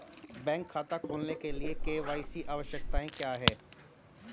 Bank खाता खोलने के लिए के.वाई.सी आवश्यकताएं क्या हैं?